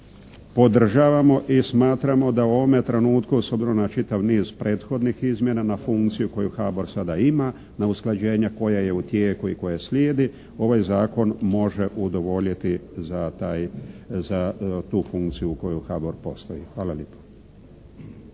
podržavamo i smatramo da u ovome trenutku, s obzirom na čitav niz prethodnih izmjena, na funkciju koju HBOR sada ima, na usklađenje koje je u tijeku i koje slijedi ovaj zakon može udovoljiti za taj, za tu funkciju u kojoj HBOR postoji. Hvala lijepo.